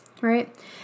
Right